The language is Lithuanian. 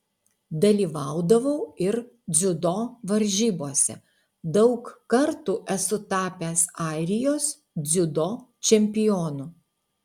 dalyvaudavau ir dziudo varžybose daug kartų esu tapęs airijos dziudo čempionu